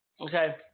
Okay